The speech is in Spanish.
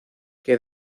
que